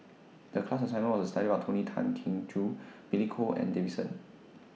The class assignment was to study about Tony Tan Keng Joo Billy Koh and David